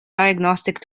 diagnostic